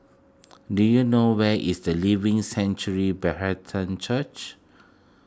do you know where is the Living Sanctuary Brethren Church